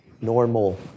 normal